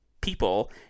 people